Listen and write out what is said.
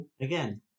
again